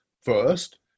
first